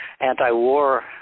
anti-war